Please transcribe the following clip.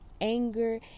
anger